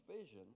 vision